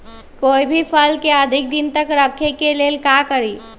कोई भी फल के अधिक दिन तक रखे के लेल का करी?